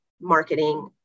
marketing